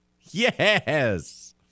Yes